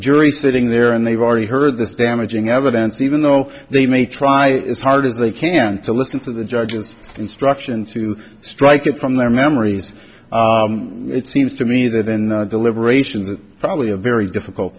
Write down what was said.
jury sitting there and they've already heard this damaging evidence even though they may try as hard as they can to listen to the judge's instructions to strike it from their memories it seems to me that in the deliberations is probably a very difficult